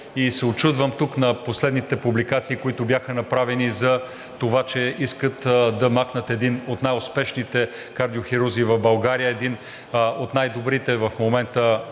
И се учудвам тук на последните публикации, които бяха направени, за това, че искат да махнат един от най-успешните кардиохирурзи в България, един от най-добрите в момента